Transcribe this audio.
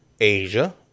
Asia